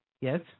Yes